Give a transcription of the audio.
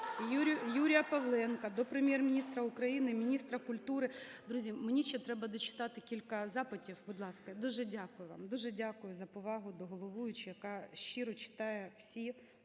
Юрія Павленка до Прем'єр-міністра України, міністра культури… Друзі, мені ще треба дочитати кілька запитів, будь ласка, дуже дякую вам. Дуже дякую за повагу до головуючого, яка щиро читає всі